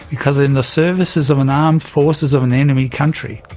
because in the services of an armed forces of an enemy country.